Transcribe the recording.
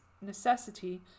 necessity